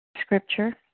scripture